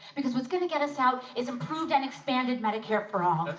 because what's gonna get us out is improved and expanded medicare for all.